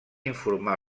informar